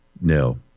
No